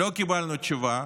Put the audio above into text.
לא קיבלנו תשובה.